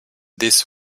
this